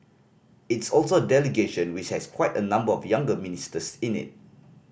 it's also a delegation which has quite a number of younger ministers in it